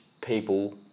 people